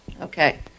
Okay